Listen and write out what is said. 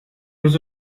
was